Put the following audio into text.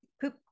poop